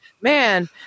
man